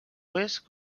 oest